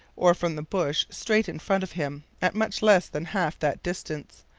or from the bush straight in front of him, at much less than half that distance,